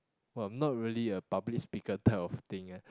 !wah! I'm not really a public speaker type of thing leh